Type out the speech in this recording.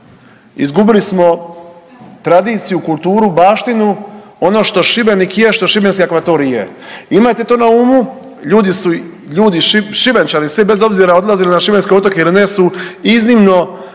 izgubili smo tradiciju, kulturu, baštinu, ono što Šibenik je što šibenski akvatorij je. Imajte to na umu, ljudi su, ljudi Šibenčani svi bez obzira odlazili na šibenske otoke ili ne su iznimno